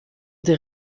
des